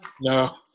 No